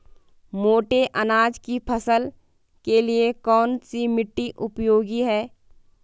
मोटे अनाज की फसल के लिए कौन सी मिट्टी उपयोगी है?